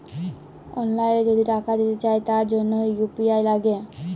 অললাইল যদি টাকা দিতে চায় তার জনহ ইউ.পি.আই লাগে